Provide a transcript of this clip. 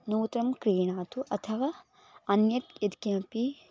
नूतनं क्रीणातु अथवा अन्यत् यद् किमपि